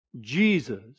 Jesus